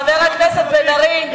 חבר הכנסת בן-ארי,